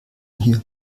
hier